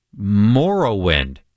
Morrowind